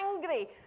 angry